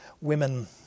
women